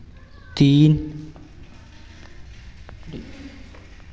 तीन